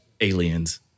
aliens